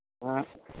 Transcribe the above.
ᱦᱚᱸ